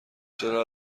چرا